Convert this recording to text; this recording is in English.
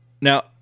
Now